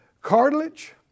Cartilage